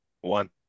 One